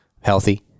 healthy